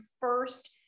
first